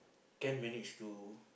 can manage to